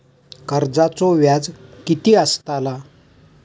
कर्जाचो व्याज कीती असताला?